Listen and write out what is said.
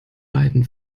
beiden